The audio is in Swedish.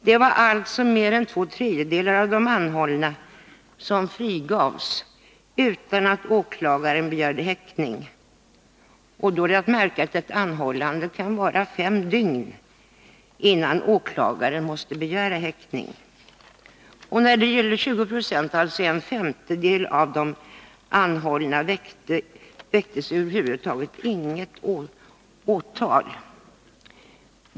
Det var alltså mer än två tredjedelar av de anhållna som frigavs utan att åklagaren begärde häktning, och då är det att märka att ett anhållande kan vara i fem dygn, innan åklagaren måste begära häktning. När det gäller 20 20, alltså en femtedel, av de anhållna väcktes över huvud taget inget åtal.